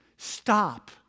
Stop